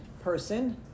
person